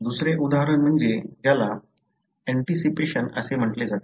दुसरे उदाहरण म्हणजे ज्याला ऍंटीसिपेशन असे म्हटले जाते